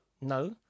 No